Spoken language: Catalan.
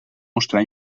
mostrar